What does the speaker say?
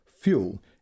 fuel